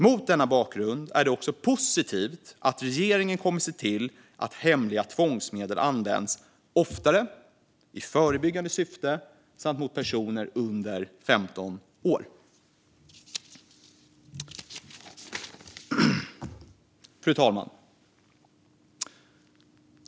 Mot denna bakgrund är det också positivt att regeringen kommer att se till att hemliga tvångsmedel användas oftare, i förebyggande syfte samt mot personer under 15 år. Fru talman!